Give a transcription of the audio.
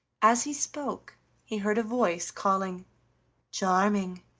as he spoke he heard a voice calling charming,